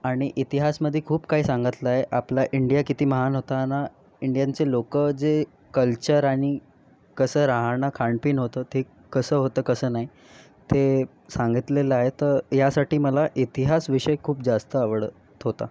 आणि इतिहासमध्ये खूप काही सांगितलं आहे आपला इंडिया किती महान होता आणि इंडियनचे लोक जे कल्चर आणि कसं राहणं खाणंपिणं होतं ते कसं होतं कसं नाही ते सांगितलेलं आहे तर यासाठी मला इतिहास विषय खूप जास्त आवडत होता